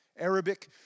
Arabic